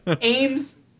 Aims